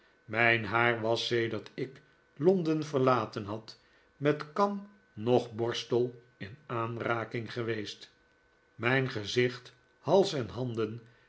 mijn haar was sedert ik londen verlaten had met kam noch borstel in aanraking geweest mijn gezicht hals en handen